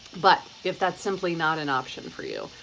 but if that's simply not an option for you,